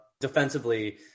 Defensively